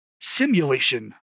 simulation